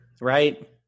Right